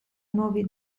nuovi